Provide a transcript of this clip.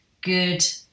good